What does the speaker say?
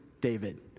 David